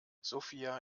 sofia